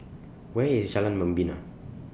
Where IS Jalan Membina